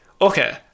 okay